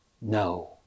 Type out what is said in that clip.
No